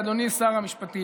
ואדוני שר המשפטים,